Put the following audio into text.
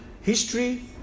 history